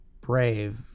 brave